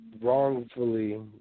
Wrongfully